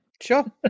Sure